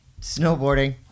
snowboarding